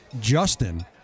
Justin